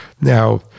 Now